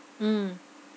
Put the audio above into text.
mm